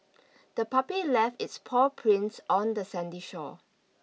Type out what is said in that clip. the puppy left its paw prints on the sandy shore